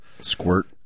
Squirt